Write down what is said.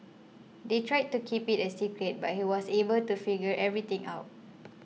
they tried to keep it a secret but he was able to figure everything out